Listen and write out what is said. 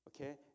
okay